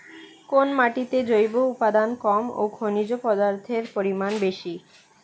কোন মাটিতে জৈব উপাদান কম ও খনিজ পদার্থের পরিমাণ বেশি?